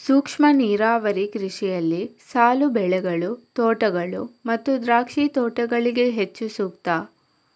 ಸೂಕ್ಷ್ಮ ನೀರಾವರಿ ಕೃಷಿಯಲ್ಲಿ ಸಾಲು ಬೆಳೆಗಳು, ತೋಟಗಳು ಮತ್ತು ದ್ರಾಕ್ಷಿ ತೋಟಗಳಿಗೆ ಹೆಚ್ಚು ಸೂಕ್ತ